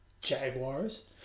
Jaguars